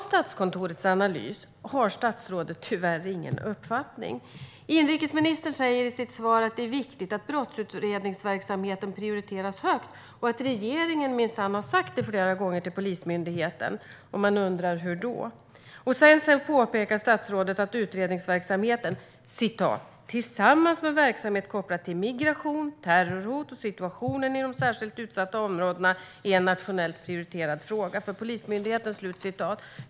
Statsrådet har tyvärr ingen uppfattning om Statskontorets analys. Inrikesministern säger i sitt svar att det är viktigt att brottsutredningsverksamheten prioriteras högt och att regeringen minsann har sagt det flera gånger till Polismyndigheten. Man undrar: Hur då? Sedan påpekar statsrådet att utredningsverksamheten är "tillsammans med verksamhet kopplad till migration, terrorhot och situationen i särskilt utsatta bostadsområden, en nationellt prioriterad fråga inom Polismyndigheten".